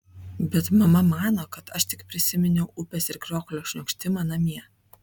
bet mama mano kad aš tik prisiminiau upės ir krioklio šniokštimą namie